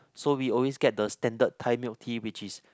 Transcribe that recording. so we always get the standard Thai milk tea which is